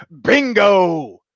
bingo